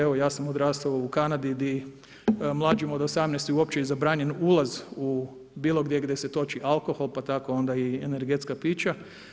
Evo, ja sam odrastao u Kanadi gdje mlađima od 18 uopće i zabranjen ulaz u bilo gdje gdje se toči alkohol, pa tako onda i energetska pića.